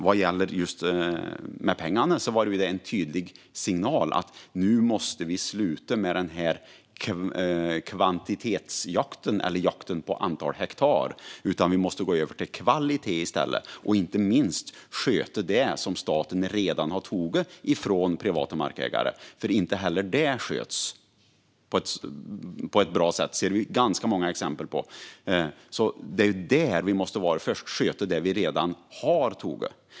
Vad gäller just pengarna var det en tydlig signal om att vi måste sluta med kvantitetsjakten, jakten på antal hektar, och gå över till kvalitet i stället. Vi måste inte minst sköta det som staten redan har tagit från privata markägare. Inte heller det sköts på ett bra sätt. Det finns det ganska många exempel på. Vi måste först sköta det vi redan har tagit.